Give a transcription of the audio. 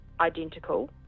identical